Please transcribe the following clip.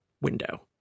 window